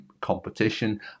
competition